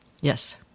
Yes